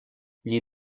gli